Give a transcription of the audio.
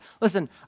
Listen